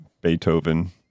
Beethoven